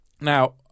Now